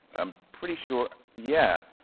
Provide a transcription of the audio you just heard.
i'm pretty sure yeah,